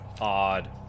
odd